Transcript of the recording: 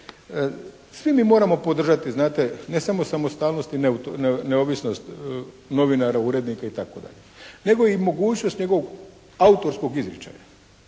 svi mi moramo podržati znate, ne samo samostalnost i neovisnost novinara, urednika, itd., nego i mogućnost njegovog autorskog izričaja